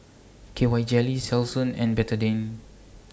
K Y Jelly Selsun and Betadine